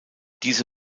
diese